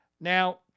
Now